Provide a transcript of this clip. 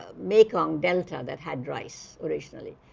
ah mekong delta that had rice originally.